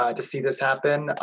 um to see this happen, ah,